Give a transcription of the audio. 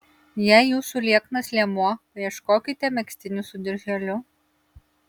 jei jūsų lieknas liemuo paieškokite megztinių su dirželiu